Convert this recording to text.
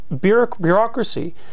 bureaucracy